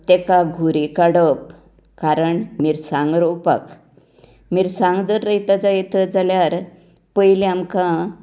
तेका घुरी काडप कारण मिरसांगो रोवपाक मिरसांगो जर रोयतलो जाल्यार पयली आमकां